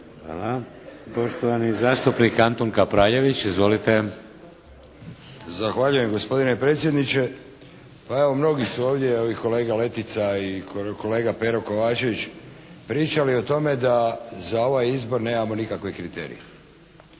Hvala. Poštovani zastupnik Antun Kapraljević. Izvolite. **Kapraljević, Antun (HNS)** Zahvaljujem gospodine predsjedniče. Pa evo mnogi su ovdje evo i kolega Letica i kolega Pero Kovačević pričalo o tome da za ovaj izbor nemamo nikakve kriterije.